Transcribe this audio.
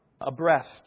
abreast